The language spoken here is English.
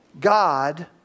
God